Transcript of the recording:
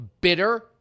bitter